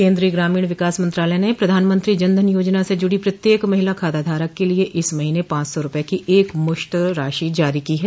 केन्द्रीय ग्रामीण विकास मंत्रालय ने प्रधानमंत्री जनधन योजना से जूड़ी प्रत्येंक महिला खाताधारक के लिए इस महीने पांच सौ रूपये की एक मुश्त राशि जारी की है